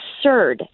absurd